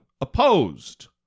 opposed